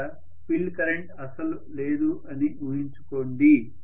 అక్కడ field current అస్సలు లేదని ఊహించుకోండి